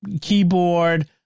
keyboard